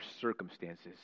circumstances